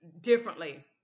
differently